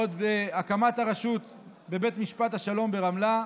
עוד בהקמת הרשות בבית המשפט השלום ברמלה,